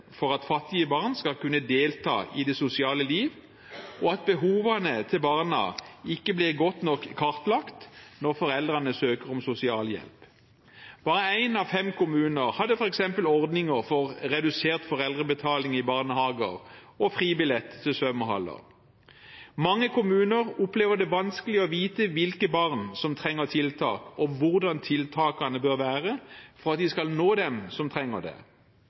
for lite for at fattige barn skal kunne delta i det sosiale liv, og at behovene til barna ikke blir godt nok kartlagt når foreldrene søker om sosialhjelp. Bare en av fem kommuner hadde f.eks. ordninger for redusert foreldrebetaling i barnehager og fribillett til svømmehaller. Mange kommuner opplever det vanskelig å vite hvilke barn som trenger tiltak, og hvordan tiltakene bør være for at de skal nå dem som trenger det.